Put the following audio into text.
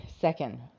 second